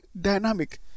dynamic